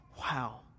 Wow